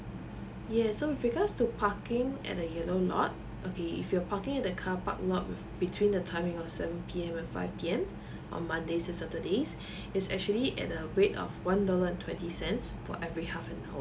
yes so with regards to parking at the yellow lot okay if you are parking at the carpark lot between the timing of seven P_M and five P_M on mondays to saturday it's actually at a weight of one dollar and twenty cents for every half an hour